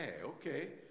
okay